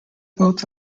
both